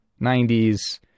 90s